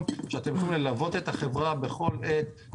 שאתם יכולים ללוות את החברה בכל עת,